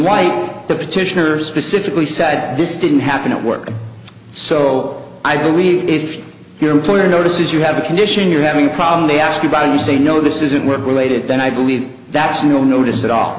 unlike the petitioner specifically said this didn't happen at work so i believe if your employer notices you have a condition you're having a problem they ask about you say no this isn't work related then i believe that's no notice at all